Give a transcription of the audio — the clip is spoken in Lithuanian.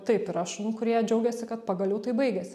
taip yra šunų kurie džiaugiasi kad pagaliau tai baigėsi